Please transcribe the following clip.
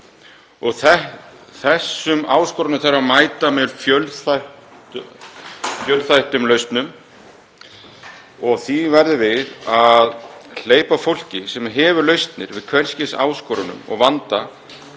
Þessum áskorunum þarf að mæta með fjölþættum lausnum. Því verðum við að hleypa fólki að borðinu sem hefur lausnir við hvers kyns áskorunum og vanda